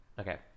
Okay